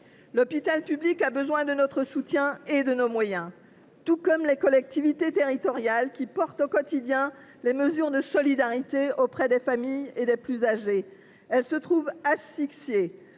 L’hôpital public a besoin de notre soutien et de moyens, tout comme les collectivités territoriales, qui supportent chaque jour les mesures de solidarité auprès des familles et des plus âgés. Elles se trouvent asphyxiées